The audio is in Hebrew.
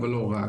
אבל לא רק.